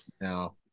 No